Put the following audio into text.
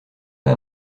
pas